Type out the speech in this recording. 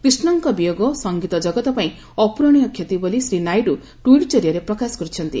କ୍ରିଷ୍ଣନ୍ଙ୍କ ବିୟୋଗ ସଙ୍ଗୀତ ଜଗତ ପାଇଁ ଅପ୍ରରଣୀୟ କ୍ଷତି ବୋଲି ଶ୍ରୀ ନାଇଡ଼ୁ ଟ୍ଟିଟ୍ ଜରିଆରେ ପ୍ରକାଶ କରିଛନ୍ତି